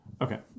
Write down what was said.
Okay